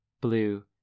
Blue